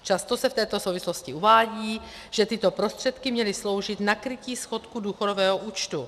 Často se v této souvislosti uvádí, že tyto prostředky měly sloužit na krytí schodku důchodového účtu.